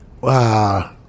Wow